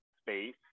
space